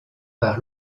par